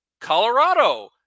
Colorado